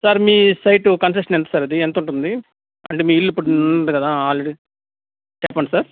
sir మీ site construction ఎంత sir అది ఎంతుంటుంది అంటే మీ ఇల్లు ఇప్పుడు కదా ఆల్రెడీ చెప్పండి సార్